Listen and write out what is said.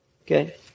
Okay